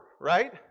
right